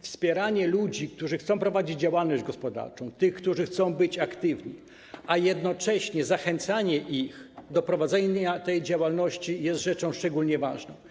Wspieranie ludzi, którzy chcą prowadzić działalność gospodarczą, którzy chcą być aktywni, a jednocześnie zachęcanie ich do prowadzenia tej działalności, to sprawy szczególnie ważne.